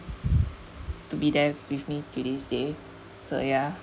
to be there with me till this day so ya